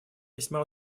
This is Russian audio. весьма